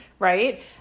right